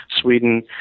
Sweden